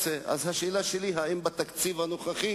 זה מה שאתם מוציאים לתקשורת,